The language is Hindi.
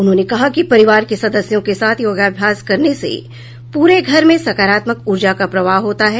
उन्होंने कहा कि परिवार के सदस्यों के साथ योगाभ्यास करने से पूरे घर में सकारात्मक ऊर्जा का प्रवाह होता है